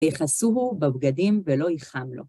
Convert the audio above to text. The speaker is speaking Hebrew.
יחסהו בבגדים ולא ייחם לו.